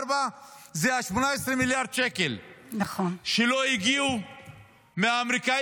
זה 18 מיליארד השקלים שלא הגיעו מהאמריקנים,